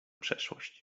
przeszłość